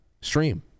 stream